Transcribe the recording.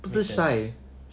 makes sense